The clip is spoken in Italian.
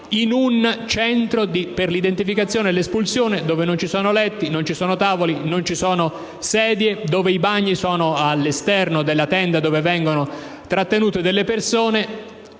in un centro per l'identificazione e l'espulsione, dove non ci sono letti, tavoli, sedie, dove i bagni sono all'esterno della tenda, dove vengono trattenute le persone